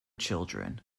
children